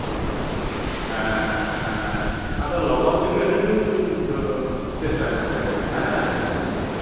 ᱦᱮᱸ ᱦᱮᱸ ᱟᱫᱚ ᱞᱚᱜᱚᱱ ᱛᱮᱜᱮ ᱦᱤᱡᱩᱜ ᱪᱮᱥᱴᱟᱭ ᱢᱮᱥᱮ ᱦᱮᱸ